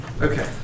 Okay